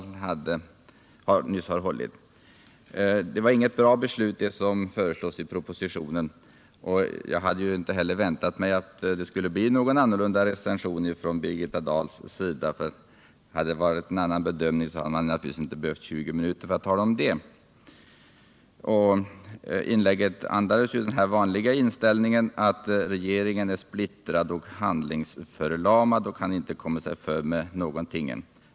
Propositionens förslag är inte bra, sade Birgitta Dahl. Jag hade inte väntat mig något annat omdöme från Birgitta Dahl — hade hon haft en annan bedömning hade hon naturligtvis inte behövt 20 minuter för att tala om det. Inlägget andades den vanliga inställningen, att regeringen är splittrad och handlingsförlamad och inte kan komma sig för med nå 161 gonting.